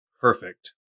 perfect